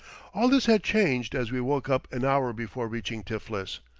all this had changed as we woke up an hour before reaching tiflis.